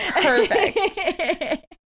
Perfect